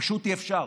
פשוט אי-אפשר.